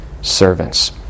servants